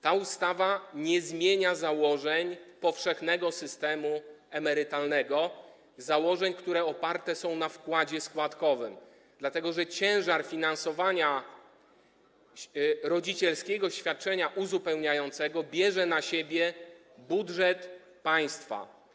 Ta ustawa nie zmienia założeń powszechnego systemu emerytalnego, założeń, które oparte są na wkładzie składkowym, dlatego że ciężar finansowania rodzicielskiego świadczenia uzupełniającego bierze na siebie budżet państwa.